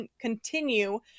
continue